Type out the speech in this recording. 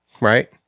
right